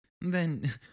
Then